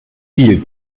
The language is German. viel